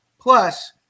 Plus